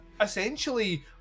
essentially